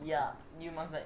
ya you must like